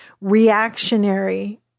reactionary